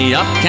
up